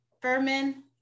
Furman